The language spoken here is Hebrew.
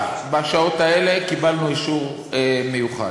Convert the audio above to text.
עכשיו, בשעות האלה, קיבלנו אישור מיוחד,